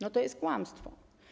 No to jest kłamstwo.